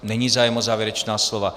Není zájem o závěrečná slova.